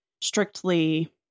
strictly